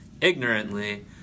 ignorantly